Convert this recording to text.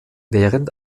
während